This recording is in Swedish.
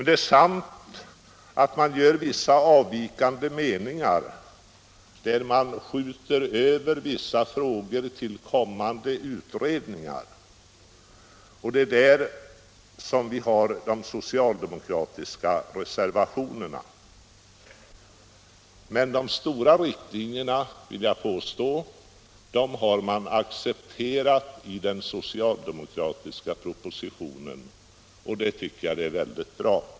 Det är sant att utskottsmajoriteten har vissa avvikande meningar och skjuter över några frågor till kommande utredningar, och på de punkterna återfinns de socialdemokratiska reservationerna. Men i de stora dragen har man accepterat den socialdemokratiska propositionen, och det tycker jag är väldigt bra.